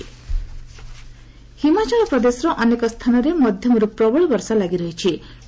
HP rain Himachal ପ୍ରଦେଶର ଅନେକ ସ୍ଥାନରେ ମଧ୍ୟମରୁ ପ୍ରବଳ ବର୍ଷା ଲାଗି ରହିଚି